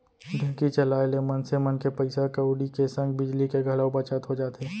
ढेंकी चलाए ले मनसे मन के पइसा कउड़ी के संग बिजली के घलौ बचत हो जाथे